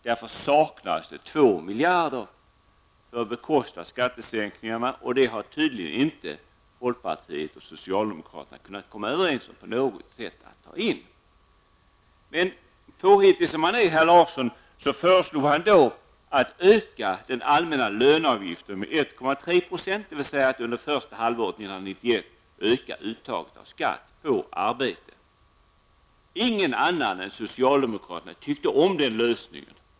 Därför saknades det 2 miljarder när det gällde att bekosta skattesänkningarna. Tydligen har folkpartiet och socialdemokraterna inte kunnat komma överens om ett sätt att ta in de pengarna. Men påhittig som han är, herr Larsson, föreslog han då att man skulle öka den allmänna löneavgiften med 1,3 %-- dvs. under första halvåret 1991 öka uttaget av skatt på arbete. Inga andra än socialdemokraterna tyckte om den lösningen.